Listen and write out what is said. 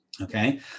Okay